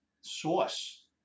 source